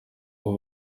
ubu